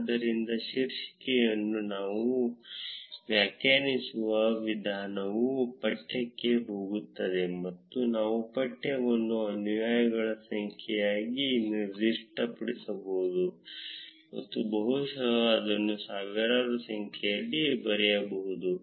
ಆದ್ದರಿಂದ ಶೀರ್ಷಿಕೆಯನ್ನು ನಾವು ವ್ಯಾಖ್ಯಾನಿಸುವ ವಿಧಾನವು ಪಠ್ಯಕ್ಕೆ ಹೋಗುತ್ತದೆ ಮತ್ತು ನಾವು ಪಠ್ಯವನ್ನು ಅನುಯಾಯಿಗಳ ಸಂಖ್ಯೆಯಾಗಿ ನಿರ್ದಿಷ್ಟಪಡಿಸಬಹುದು ಮತ್ತು ಬಹುಶಃ ಅದನ್ನು ಸಾವಿರಾರು ಸಂಖ್ಯೆಯಲ್ಲಿ ಬರೆಯಬಹುದು